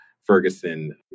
Ferguson